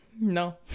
No